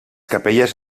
capelles